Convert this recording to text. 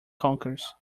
conkers